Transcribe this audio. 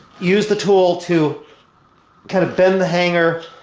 use the tool to kind of bend the hanger